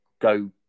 go